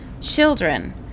Children